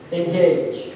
engage